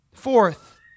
Fourth